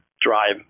drive